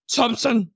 Thompson